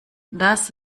das